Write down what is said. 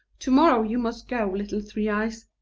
to-morrow you must go, little three-eyes.